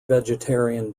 vegetarian